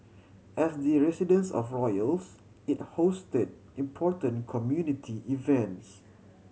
as the residence of royals it hosted important community events